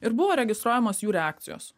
ir buvo registruojamos jų reakcijos